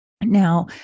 Now